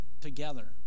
together